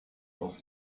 auf